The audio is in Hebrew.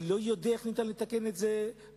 שהוא לא יודע איך ניתן לתקן את זה בעולם.